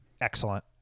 Excellent